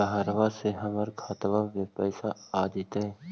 बहरबा से हमर खातबा में पैसाबा आ जैतय?